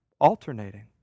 alternating